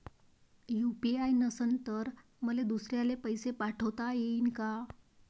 UPI नसल तर मले दुसऱ्याले पैसे पाठोता येईन का?